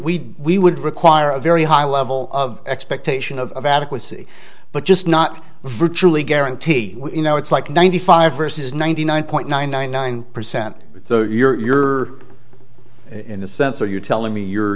we we would require a very high level of expectation of adequacy but just not virtually guaranteed you know it's like ninety five versus ninety nine point nine nine nine percent so you're in a sense are you telling me you're